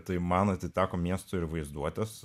tai man atiteko miestui ir vaizduotės